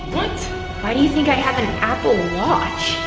what! why do you think i have an an apple watch?